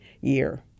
year